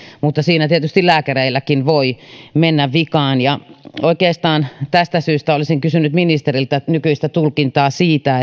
mutta siinä tietysti lääkäreilläkin voi mennä vikaan oikeastaan tästä syystä olisin kysynyt ministeriltä nykyistä tulkintaa siitä